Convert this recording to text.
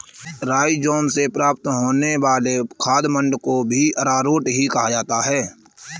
rhizome से प्राप्त होने वाले खाद्य मंड को भी अरारोट ही कहा जाता है